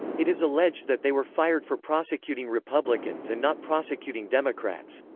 it is alleged that they were fired for prosecuting republicans and not prosecuting democrats.